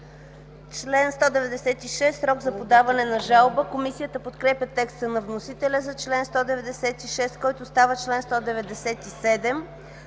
„Срок за подаване на жалба” Комисията подкрепя текста на вносителя за чл. 196, който става чл. 197,